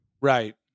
Right